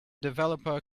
developer